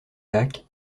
lac